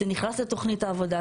זה נכנס לתוכנית העבודה.